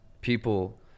people